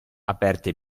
aperte